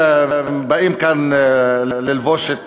נו, באמת, ועוד באים כאן ללבוש את